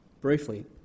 briefly